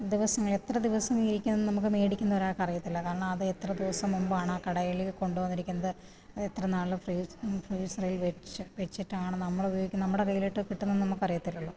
ദിവസങ്ങൾ എത്ര ദിവസം ഇരിക്കും എന്ന് നമുക്ക് മേടിക്കുന്ന ഒരാൾക്ക് അറിയത്തില്ല കാരണം അത് എത്ര ദിവസം മുമ്പാണ് ആ കടയിൽ കൊണ്ടു വന്നിരിക്കുന്നത് അത് എത്ര നാൾ ഫ്രീസറിൽ വച്ചു വച്ചിട്ടാണ് നമ്മൾ ഉപയോഗിക്കുക നമ്മുടെ കൈയിലോട്ട് കിട്ടുന്നതെന്ന് നമുക്ക് അറിയത്തില്ലല്ലോ